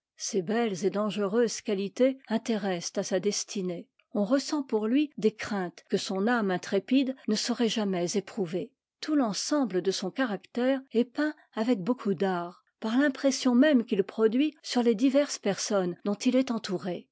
ces belles et dangereuses qualités intéressent à sa destinée on ressent pour lui des craintes que son âme intrépide ne saurait jamais éprouver tout l'ensemble de son caractère est peint avec beaucoup d'art par l'impression même qu'il produit sur les diverses personnes dont il est entouré